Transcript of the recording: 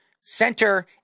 center